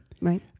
Right